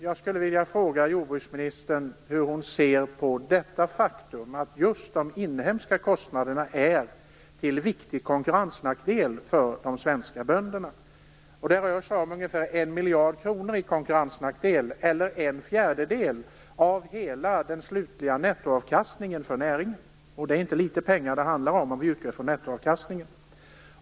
Jag skulle vilja fråga hur jordbruksministern ser på det faktum att de inhemska kostnaderna är en viktig konkurrensnackdel för de svenska bönderna. Det rör sig om en konkurrensnackdel om ungefär 1 miljard kronor eller en fjärdedel av hela den slutliga nettoavkastningen för näringen. Det är inte litet pengar i förhållande till nettoavkastningen.